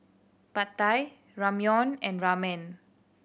Pad Thai Ramyeon and Ramen